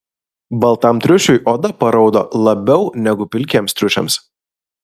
baltam triušiui oda paraudo labiau negu pilkiems triušiams